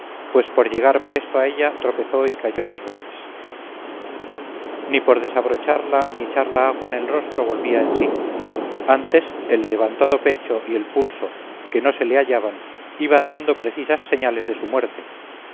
pues por llegar presto a ella tropezó y cayó dos veces ni por desabrocharla ni echarla agua en el rostro volvía en sí antes el levantado pecho y el pulso que no se le hallaban iban dando precisas señales de su muerte